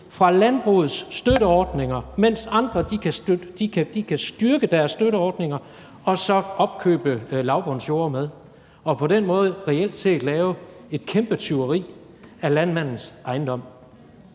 fra landbrugets støtteordninger, mens andre kan styrke deres støtteordninger og så opkøbe lavbundsjorde og på den måde reelt set lave et kæmpe tyveri af landmandens ejendom.